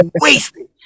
wasted